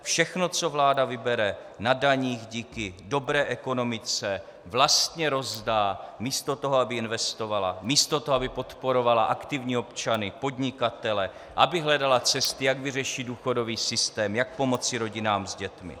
Všechno, co vláda vybere na daních díky dobré ekonomice, vlastně rozdá místo toho, aby investovala, místo toho, aby podporovala aktivní občany, podnikatele, aby hledala cesty, jak vyřešit důchodový systém, jak pomoci rodinám s dětmi.